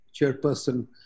chairperson